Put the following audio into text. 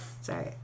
Sorry